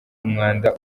umwanda